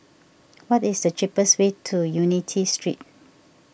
what is the cheapest way to Unity Street